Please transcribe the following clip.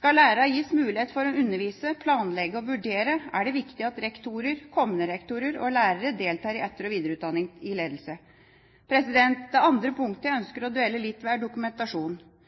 Skal lærerne gis mulighet for å undervise, planlegge og vurdere, er det viktig at rektorer, kommende rektorer og lærere deltar i etter- og videreutdanning i ledelse. Det andre punktet jeg ønsker å dvele litt ved, er dokumentasjon.